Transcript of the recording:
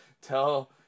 tell